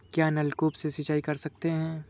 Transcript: क्या नलकूप से सिंचाई कर सकते हैं?